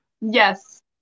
Yes